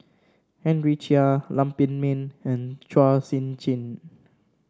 Henry Chia Lam Pin Min and Chua Sian Chin